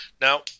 Now